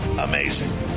amazing